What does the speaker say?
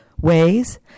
ways